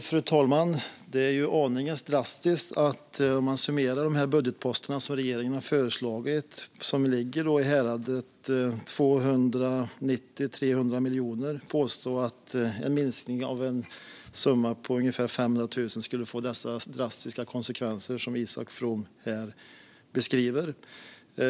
Fru talman! Om man summerar de budgetposter som regeringen har föreslagit ser man att de ligger i häradet 290-300 miljoner. Att då påstå att en minskning med en summa på ungefär 500 000 skulle få de dramatiska konsekvenser som Isak From här beskriver är aningen drastiskt.